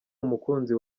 umukunzi